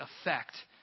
effect